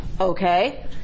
okay